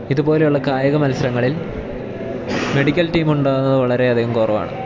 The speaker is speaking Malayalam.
ഇതുപോലെ ഉള്ള കായിക മത്സരങ്ങളിൽ മെഡിക്കൽ ടീം ഉണ്ടാകുന്നത് വളരെയധികം കുറവാണ്